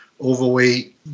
overweight